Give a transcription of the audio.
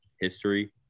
history